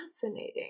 fascinating